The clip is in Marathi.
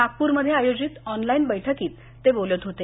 नागप्रमध्ये आयोजित ऑन लाईन बैठकीत ते बोलत होते